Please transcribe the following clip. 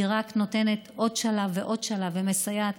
היא רק נותנת עוד שלב ועוד שלב ומסייעת